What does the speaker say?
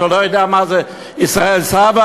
אתה לא יודע מה זה ישראל סבא,